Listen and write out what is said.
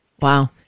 Wow